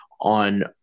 on